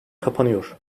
kapanıyor